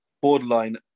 borderline